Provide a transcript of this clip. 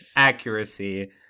accuracy